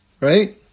right